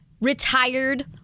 retired